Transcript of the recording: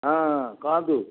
ହଁଁ କୁହନ୍ତୁ